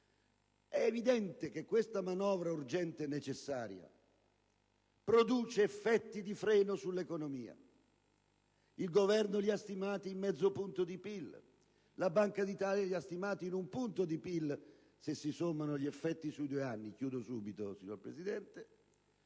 È evidente quindi che questa manovra, urgente e necessaria, produce effetti di freno sull'economia che il Governo ha stimato in mezzo punto di PIL, la Banca d'Italia in un punto di PIL, se si sommano gli effetti sui due anni,